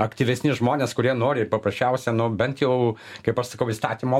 aktyvesni žmonės kurie nori paprasčiausia no bent jau kaip aš sakau įstatymo